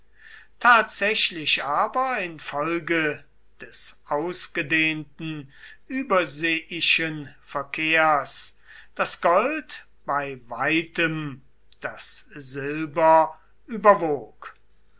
tatsächlich aber infolge des ausgedehnten überseeischen verkehrs das gold bei weitem das silber überwog